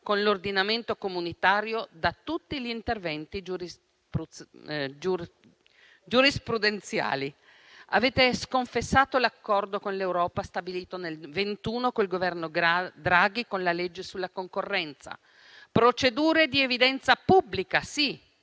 con l'ordinamento comunitario da tutti gli interventi giurisprudenziali. Avete sconfessato l'accordo con l'Europa stabilito nel 2021 dal Governo Draghi con la legge sulla concorrenza. Procedure di evidenza pubblica, sì,